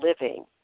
living